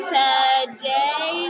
today